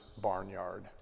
barnyard